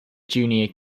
junior